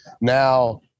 now